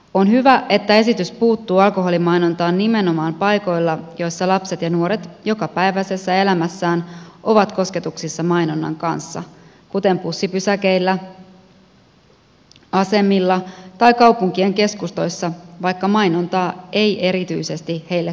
on hyvä että esitys puuttuu alkoholimainontaan nimenomaan paikoilla joissa lapset ja nuoret jokapäiväisessä elämässään ovat kosketuksissa mainonnan kanssa kuten bussipysäkeillä asemilla tai kaupunkien keskustoissa vaikka mainontaa ei erityisesti heille kohdennettaisikaan